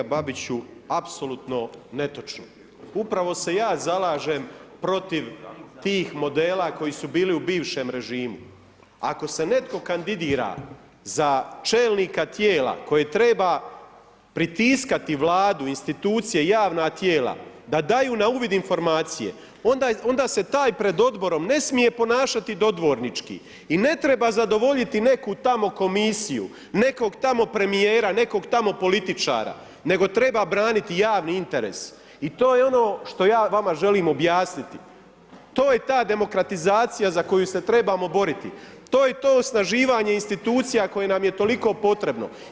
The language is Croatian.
Ma kolega Babiću, apsolutno netočno, upravo se ja zalažem protiv tih modela koji su bili u bivšem režimu, ako se netko kandidira za čelnika tijela koje treba pritiskati Vladu, institucije, javna tijela da daju na uvid informacije, onda se taj pred odborom ne smije ponašati dodvornički i ne treba zadovoljiti neku tamo komisiju, nekog tamo premijera, nekog tamo političara nego treba braniti javni interes i to je ono što ja vama želim objasniti, to je ta demokratizacija za koju se trebamo boriti, to je to osnaživanje institucija koje nam je toliko potrebno.